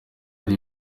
ari